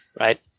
right